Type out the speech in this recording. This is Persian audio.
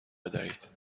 بدهید